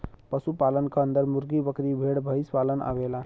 पशु पालन क अन्दर मुर्गी, बकरी, भेड़, भईसपालन आवेला